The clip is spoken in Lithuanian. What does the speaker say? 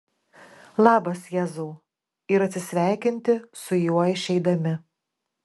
labas jėzau ir atsisveikinti su juo išeidami